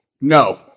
No